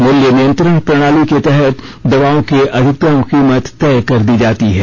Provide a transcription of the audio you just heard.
मूल्य नियंत्रण प्रणाली के तहत दवाओं की अधिकतम कीमत तय कर दी जाती है